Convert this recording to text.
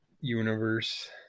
universe